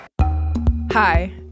Hi